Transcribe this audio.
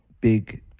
big